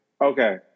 Okay